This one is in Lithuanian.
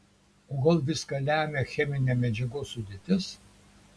o gal viską lemia cheminė medžiagos sudėtis